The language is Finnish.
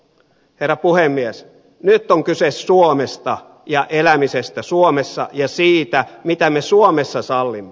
nyt on kyse suomesta ja elämisestä suomessa ja siitä mitä me suomessa sallimme